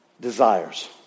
desires